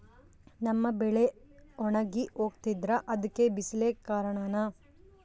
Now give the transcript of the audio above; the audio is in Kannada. ನಮ್ಮ ಬೆಳೆ ಒಣಗಿ ಹೋಗ್ತಿದ್ರ ಅದ್ಕೆ ಬಿಸಿಲೆ ಕಾರಣನ?